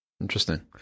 Interesting